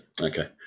Okay